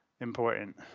Important